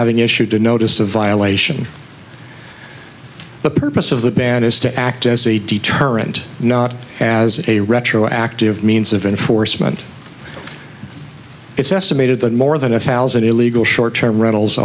having issued a notice of violation the purpose of the ban is to act as a deterrent not as a retroactive means of enforcement it's estimated that more than a thousand illegal short term rentals